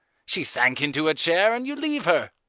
she sank into a chair and you leave her.